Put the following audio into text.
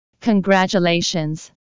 Congratulations